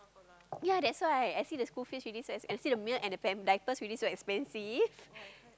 ya that's why I see the school fees already so and see the milk and the pamp~ diapers already so expensive